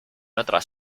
otras